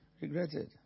regretted